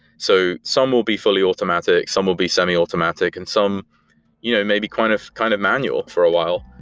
so some will be fully automatic. some will be semi-automatic, and some you know maybe kind of kind of manual for a while,